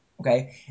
Okay